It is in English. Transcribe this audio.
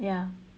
ya